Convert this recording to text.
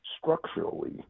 structurally